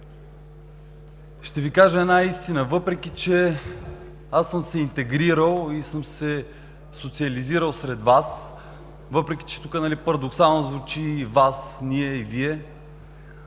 Ще Ви кажа една истина. Въпреки че аз съм се интегрирал и съм се социализирал сред Вас, въпреки че тук парадоксално звучи „Вас“, и „Ние“